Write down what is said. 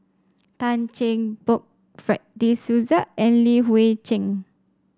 Tan Cheng Bock Fred De Souza and Li Hui Cheng